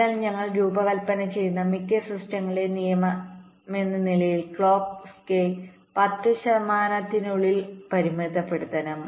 അതിനാൽ ഞങ്ങൾ രൂപകൽപ്പന ചെയ്യുന്ന മിക്ക സിസ്റ്റങ്ങളുടെയും നിയമമെന്ന നിലയിൽ ക്ലോക്ക് സ്കേ 10 ശതമാനത്തിനുള്ളിൽ പരിമിതപ്പെടുത്തണം